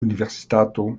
universitato